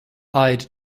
eyed